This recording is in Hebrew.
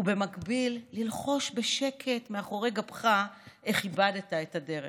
ובמקביל ללחוש בשקט מאחורי גבך איך איבדת את הדרך.